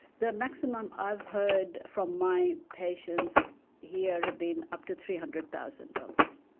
the maximum i've heard from my patients here have been up to three hundred thousand dollars,